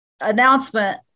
announcement